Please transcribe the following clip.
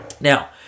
Now